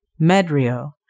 Medrio